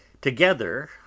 together